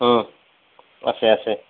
আছে আছে